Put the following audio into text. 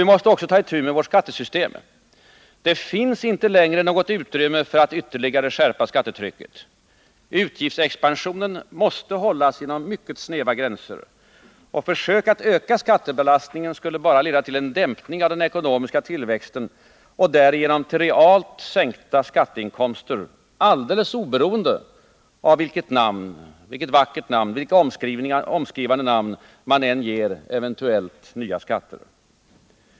Vi måste ta itu med vårt skattesystem. Det finns inte längre något utrymme för att ytterligare skärpa skattetrycket. Utgiftsexpansionen måste hållas inom mycket snäva gränser. Försök att ytterligare öka skattebelastningen skulle bara leda till en dämpning av den ekonomiska tillväxttakten och därigenom till realt sänkta skatteinkomster, alldeles oberoende av vilka vackra omskrivande namn man än ger eventuella nya skatter.